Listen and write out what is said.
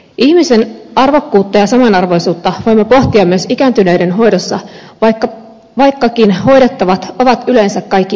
ihmisen arvokkuutta ja samanarvoisuutta voimme pohtia myös ikääntyneiden hoidossa vaikkakin hoidettavat ovat yleensä kaikki ikääntyneitä